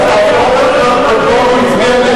בהצבעות הקודמות הוא הצביע נגד